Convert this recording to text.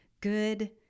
good